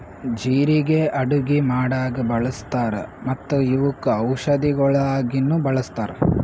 ಜೀರಿಗೆ ಅಡುಗಿ ಮಾಡಾಗ್ ಬಳ್ಸತಾರ್ ಮತ್ತ ಇವುಕ್ ಔಷದಿಗೊಳಾಗಿನು ಬಳಸ್ತಾರ್